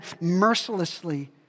mercilessly